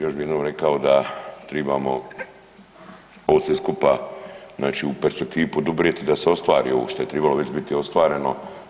Još bi jednom rekao da trebamo ovo sve skupa znači u perspektivi poduprijeti da se ostvari ovo što je trebalo već biti ostvareno.